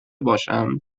باشند